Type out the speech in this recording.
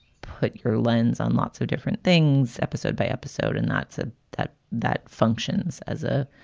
put your lens on lots of different things. episode by episode. and that's a that that functions as a.